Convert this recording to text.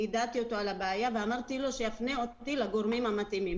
יידעתי אותו על הבעיה ואמרתי לו שיפנה אותי לגורמים המתאימים.